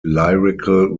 lyrical